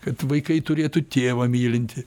kad vaikai turėtų tėvą mylintį